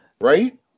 right